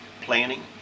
planning